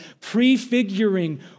prefiguring